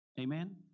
Amen